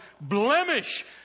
blemish